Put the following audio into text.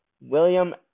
William